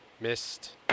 Missed